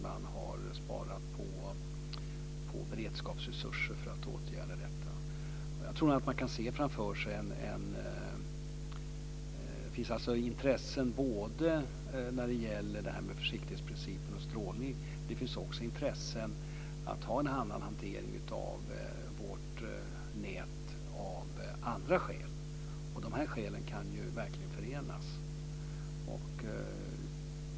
Man har sparat på beredskapsresurser för att åtgärda det. Det finns intressen när det gäller strålning och försiktighetsprincipen. Det finns också intresse för en annan hantering av nätet av andra skäl. De skälen kan förenas.